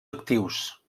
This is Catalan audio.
actius